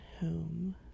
home